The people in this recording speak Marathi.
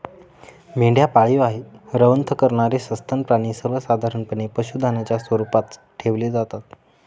मेंढ्या पाळीव आहे, रवंथ करणारे सस्तन प्राणी सर्वसाधारणपणे पशुधनाच्या स्वरूपात ठेवले जातात